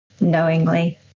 knowingly